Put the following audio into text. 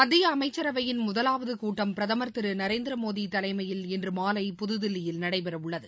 மத்தியஅமைச்சரவையின் முதலாவதுகூட்டம் பிரதமர் திருநரேந்திரமோடிதலைமையில் இன்றுமாலை புதுதில்லியில் நடைபெறவுள்ளது